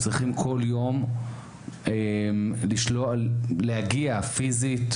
וכל יום צריכים להגיע פיזית,